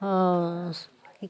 ओ